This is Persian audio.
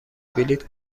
بلیط